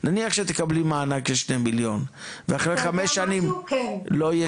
נניח שתקבלי מענק של שני מיליון ואחרי חמש שנים לא יהיה 60 עובדים?